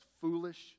foolish